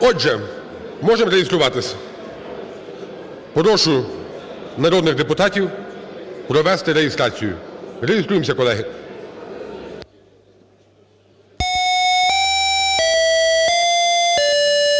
Отже, можемо реєструватись? Прошу народних депутатів провести реєстрацію. Реєструємося, колеги.